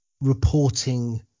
reporting